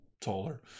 taller